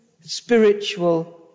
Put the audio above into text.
spiritual